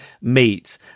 meet